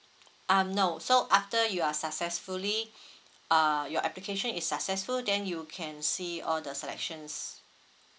um no so after you are successfully uh your application is successful then you can see all the selections